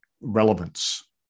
relevance